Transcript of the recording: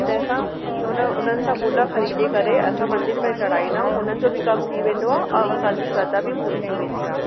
जंहिंसा उन उननि सां गुल खरीदे करे असां मंदिर में चढ़ाईंदा आहियूं उननि जो बि कमु थी वेंदो आहे ऐं असांजी श्रद्धा बि पूरी थी वेंदी आहे